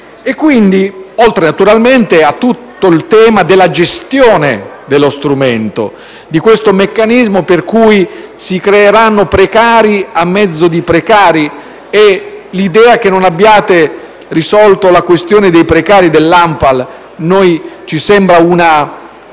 e nelle nostre comunità. C'è poi tutto il tema della gestione dello strumento, di questo meccanismo per cui si creeranno precari a mezzo di precari; l'idea che non abbiate risolto la questione dei precari dell'ANPAL a noi sembra